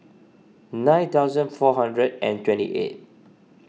nine thousand four hundred and twenty eight